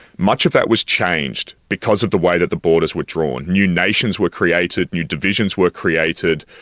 much of that was changed because of the way that the borders were drawn. new nations were created, new divisions were created,